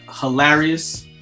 hilarious